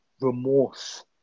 remorse